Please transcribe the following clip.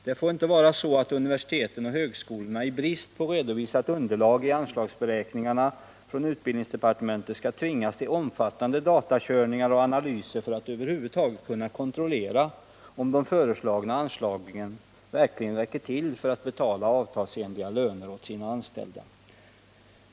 Det får inte vara så att universiteten och högskolorna i brist på redovisat underlag i anslagsberäkningarna från utbildningsdepartementet skall tvingas till omfattande datakörningar och analyser för att över huvud taget kunna kontrollera om de föreslagna anslagen verkligen räcker till för att betala avtalsenliga löner åt de anställda.